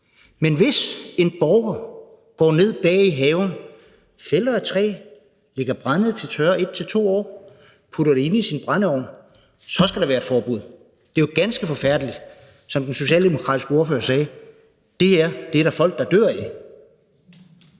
Men hvis en borger går ned bag i haven, fælder et træ, lægger brændet til tørre 1 til 2 år og så putter det ind i sin brændeovn, så skal der være et forbud. Det er jo ganske forfærdeligt. Som den socialdemokratiske ordfører sagde: Det her er der folk, der dør af.